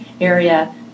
area